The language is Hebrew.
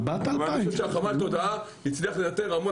חמ"ל התודעה הצליח לנטר המון,